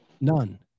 none